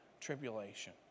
tribulation